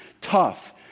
tough